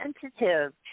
sensitive